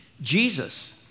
Jesus